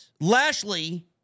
Lashley